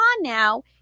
now